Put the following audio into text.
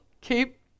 keep